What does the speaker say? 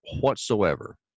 whatsoever